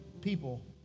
people